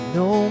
no